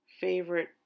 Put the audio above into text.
favorite